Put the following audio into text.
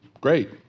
Great